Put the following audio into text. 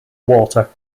water